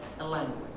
language